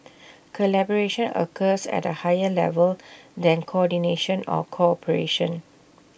collaboration occurs at A higher level than coordination or cooperation